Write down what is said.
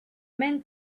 men